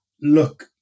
look